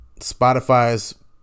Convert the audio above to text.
Spotify's